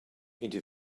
into